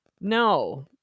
No